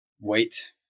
wait